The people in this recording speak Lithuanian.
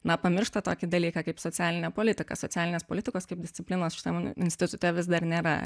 na pamiršta tokį dalyką kaip socialinė politika socialinės politikos kaip disciplinos šitam institute vis dar nėra